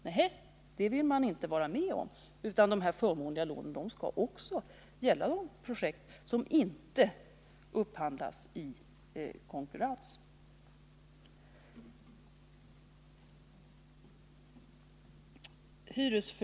Nehej, det vill man inte vara med om, utan dessa förmånliga lån skall också gälla projekt som inte upphandlas i konkurrens, säger man.